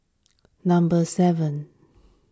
number seven